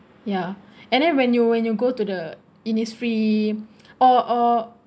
ya and then when you when you go to the innisfree or or